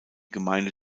gemeinde